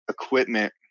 equipment